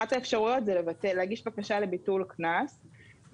אחת האפשרויות זה להגיש בקשה לביטול קנס.